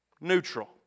neutral